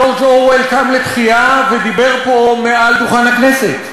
ג'ורג' אורוול קם לתחייה ודיבר פה מעל דוכן הכנסת,